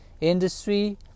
industry